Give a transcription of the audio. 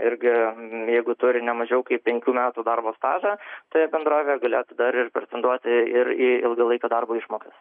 irgi jeigu turi ne mažiau kaip penkių metų darbo stažas toje bendrovėje galėtų dar ir pretenduoti ir į ilgalaikio darbo išmokas